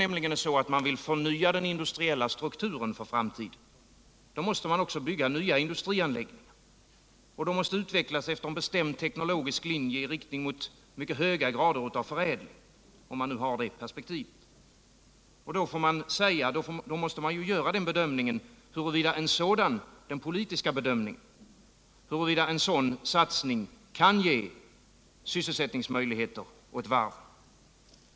Om man vill förnya den industriella strukturen för framtiden, måste man också bygga nya industrianläggningar, och de måste utvecklas efter en bestämd teknologisk linje i riktning mot höga grader av förädling, om man nu har det perspektivet. Då måste man göra den politiska bedömningen, huruvida en sådan satsning kan ge sysselsättningsmöjligheter åt varven.